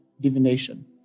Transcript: divination